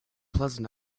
pleasant